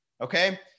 okay